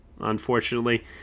unfortunately